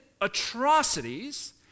atrocities